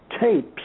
tapes